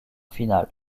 finale